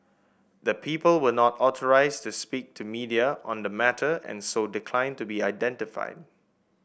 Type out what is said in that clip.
the people were not authorised to speak to media on the matter and so declined to be identified